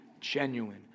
genuine